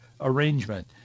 arrangement